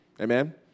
Amen